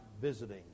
visiting